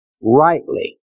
rightly